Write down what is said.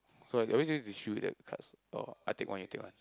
so are we supposed to choose that cards or I take one you take one